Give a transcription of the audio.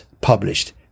published